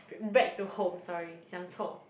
back to home sorry 讲错